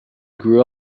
grew